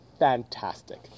Fantastic